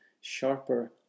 sharper